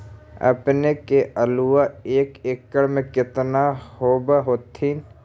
अपने के आलुआ एक एकड़ मे कितना होब होत्थिन?